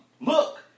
look